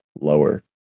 lower